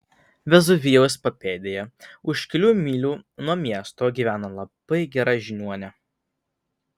vezuvijaus papėdėje už kelių mylių nuo miesto gyvena labai gera žiniuonė